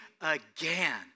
again